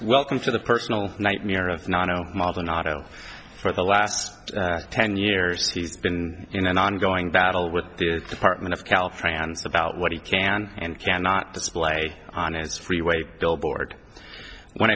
welcome for the personal nightmare of non o modern auto for the last ten years he's been in an ongoing battle with the department of caltrans about what he can and cannot display on his freeway billboard when